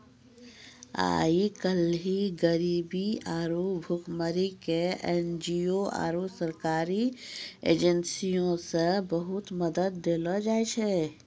आइ काल्हि गरीबी आरु भुखमरी के एन.जी.ओ आरु सरकारी एजेंसीयो से बहुते मदत देलो जाय छै